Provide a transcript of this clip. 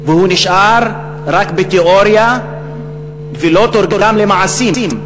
והוא נשאר רק בתיאוריה ולא תורגם למעשים.